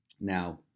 Now